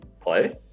play